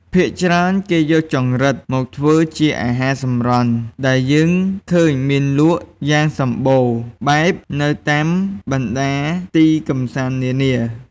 ភាគច្រើន គេយកចង្រិតមកធ្វើជាអាហារសម្រន់ ដែលយើងឃើញមានលក់យ៉ាងសម្បូរបែបនៅតាមបណ្តាទីកំសាន្តនានា។